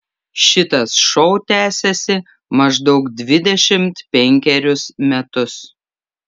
šitas šou tęsiasi maždaug dvidešimt penkerius metus